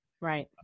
right